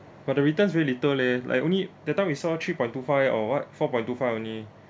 but the returns really little leh like only that time we saw three point two five or what four point two five only